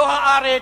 לא "הארץ",